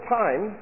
time